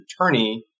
attorney